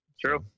true